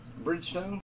Bridgestone